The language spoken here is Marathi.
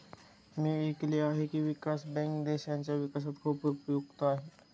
मी ऐकले आहे की, विकास बँक देशाच्या विकासात खूप उपयुक्त आहे